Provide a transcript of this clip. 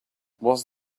was